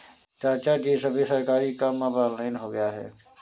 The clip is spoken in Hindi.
चाचाजी, सभी सरकारी काम अब ऑनलाइन हो गया है